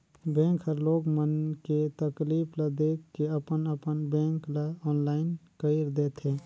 bank हर लोग मन के तकलीफ ल देख के अपन अपन बेंक ल आनलाईन कइर देथे